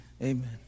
amen